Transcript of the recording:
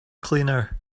cleaner